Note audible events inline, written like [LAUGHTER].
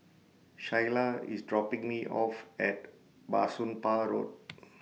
Shyla IS dropping Me off At Bah Soon Pah Road [NOISE]